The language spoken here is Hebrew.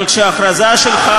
אבל כשההכרזה שלך,